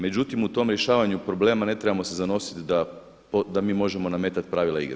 Međutim, u tom rješavanju problema ne trebamo se zanositi da mi možemo nametati pravila igre.